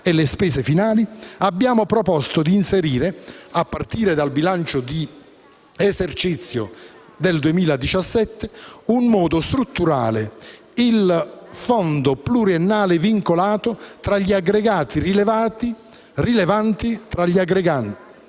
e le spese finali, abbiamo proposto di inserire, a partire dal bilancio di esercizio del 2017, in modo strutturale, il fondo pluriennale vincolato tra gli aggregati rilevanti ai fini